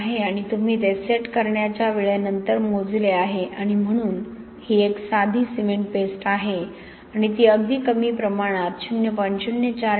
3 आहे आणि तुम्ही ते सेट करण्याच्या वेळेनंतर मोजले आहे आणि म्हणून ही एक साधी सिमेंट पेस्ट आहे आणि ती अगदी कमी प्रमाणात 0